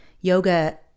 yoga